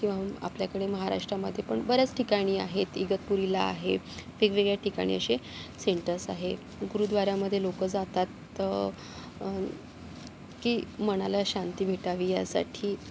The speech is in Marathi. किंवा आपल्याकडे महाराष्ट्रामध्ये पण बऱ्याच ठिकाणी आहेत इगतपुरीला आहे वेगवेगळ्या ठिकाणी असे सेंटर्स आहे गुरुद्वारामध्ये लोक जातात की मनाला शांती भेटावी यासाठी